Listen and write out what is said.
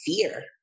fear